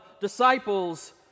disciples